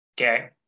Okay